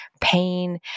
pain